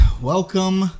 Welcome